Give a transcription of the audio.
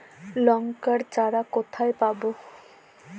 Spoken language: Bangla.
লঙ্কার চারা কোথায় পাবো?